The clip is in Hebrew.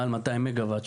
מעל 200 מגה וואט,